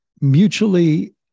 mutually